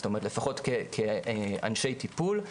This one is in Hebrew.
זאת אומרת לפחות כאנשי טיפול,